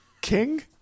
king